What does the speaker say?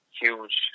huge